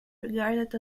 regarded